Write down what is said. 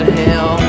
hell